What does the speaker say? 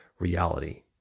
Reality